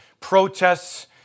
protests